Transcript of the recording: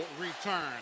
return